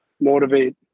motivate